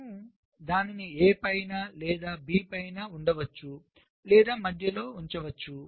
మనము దానిని A పైన లేదా B పైన ఉంచవచ్చు లేదా మధ్యలో ఉంచవచ్చు